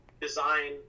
design